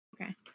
Okay